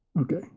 Okay